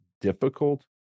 difficult